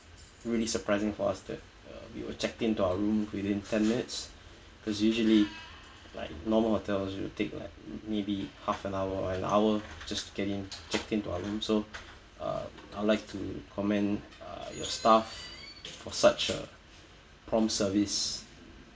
really surprising for us there we were checked into our room within ten minutes because usually like normal hotels you'll take like maybe half an hour or an hour just to get in check into our room so uh I'll like to comment your staff for such a prompt service